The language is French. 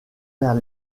vers